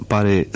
Pare